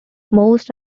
most